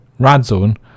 Radzone